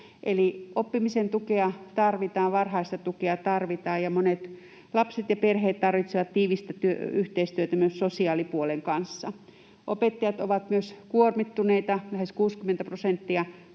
Eli oppimisen tukea tarvitaan, varhaista tukea tarvitaan, ja monet lapset ja perheet tarvitsevat tiivistä yhteistyötä myös sosiaalipuolen kanssa. Opettajat ovat myös kuormittuneita. Lähes 60 prosenttia